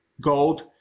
gold